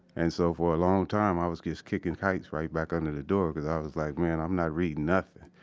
and so for a long time i was just kicking kites right back under the door cause i was like, man, i'm not reading nothing.